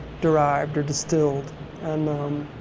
derived or distilled and,